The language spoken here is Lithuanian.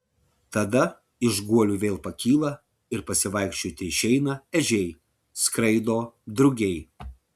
tada iš guolių vėl pakyla ir pasivaikščioti išeina ežiai skraido drugiai